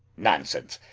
nonsense!